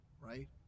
right